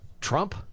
Trump